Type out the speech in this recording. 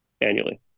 annually